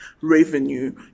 revenue